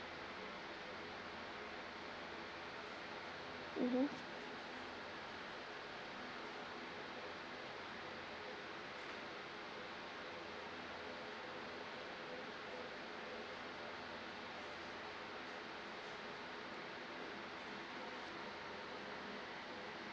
mmhmm